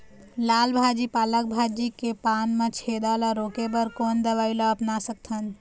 लाल भाजी पालक भाजी के पान मा छेद ला रोके बर कोन दवई ला अपना सकथन?